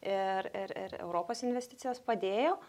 ir ir ir europos investicijos padėjo